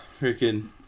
freaking